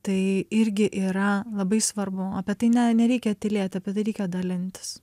tai irgi yra labai svarbu apie tai ne nereikia tylėt apie tai reikia dalintis